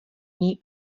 něj